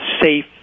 safe